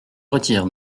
retire